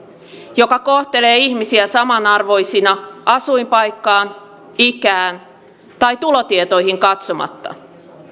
joka kohtelee ihmisiä samanarvoisina asuinpaikkaan ikään tai tulotietoihin katsomatta